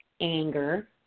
anger